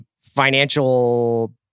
financial